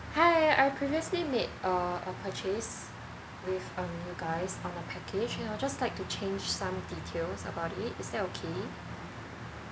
hi I previously made a a purchase with um you guys on a package you know just like to change some details about it is that okay